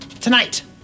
tonight